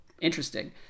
interesting